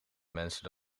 mensen